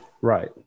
Right